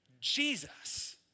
Jesus